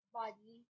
body